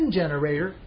generator